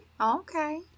Okay